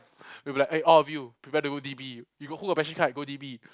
we'll be like eh all of you prepare to go D_B you got who got passion card go D_B